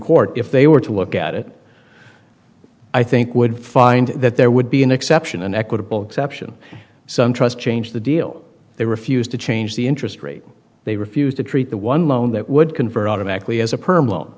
court if they were to look at it i think would find that there would be an exception an equitable exception some trust changed the deal they refused to change the interest rate they refused to treat the one loan that would convert automatically as a perm